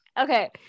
okay